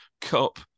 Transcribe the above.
cup